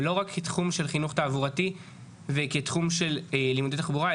לא רק בתחום של חינוך תעבורתי ובתחום של לימוד תחבורה,